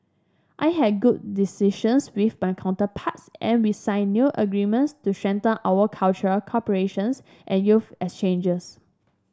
I had good decisions with my counterparts and we signed new agreements to strengthen our cultural cooperation and youth exchanges